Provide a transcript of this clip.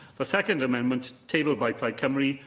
the second amendment, tabled by plaid cymru,